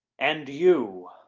and you.